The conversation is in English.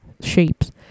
shapes